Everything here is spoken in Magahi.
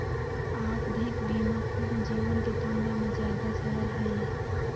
आवधिक बीमा पूर्ण जीवन के तुलना में ज्यादा सरल हई